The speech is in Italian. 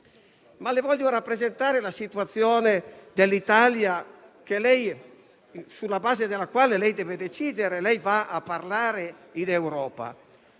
Le voglio rappresentare la situazione dell'Italia, sulla base della quale lei deve decidere visto che andrà a parlare in Europa.